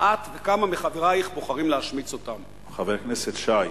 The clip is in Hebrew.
"את וכמה מחברייך בוחרים להשמיץ אותם." חבר הכנסת שי,